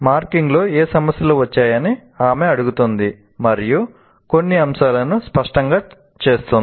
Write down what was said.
మార్కింగ్లో ఏ సమస్యలు వచ్చాయని ఆమె అడుగుతుంది మరియు కొన్ని అంశాలను స్పష్టం చేస్తుంది